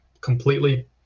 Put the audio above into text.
completely